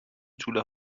توله